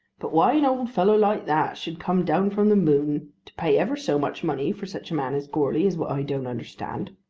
but why an old fellow like that should come down from the moon to pay ever so much money for such a man as goarly, is what i don't understand.